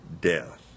death